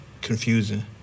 confusing